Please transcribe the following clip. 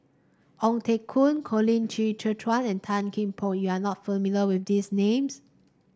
Ong Teng Koon Colin Qi Zhe Quan and Tan Kian Por you are not familiar with these names